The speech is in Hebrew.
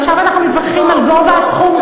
עכשיו אנחנו מתווכחים על גובה הסכום.